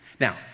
Now